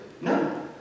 No